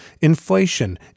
Inflation